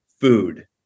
food